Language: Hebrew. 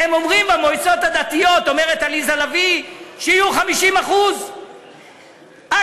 במועצות הדתיות אומרת עליזה לביא שיהיו 50%. את,